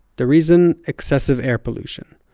the reason, excessive air pollution,